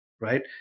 right